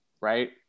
right